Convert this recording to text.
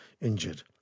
injured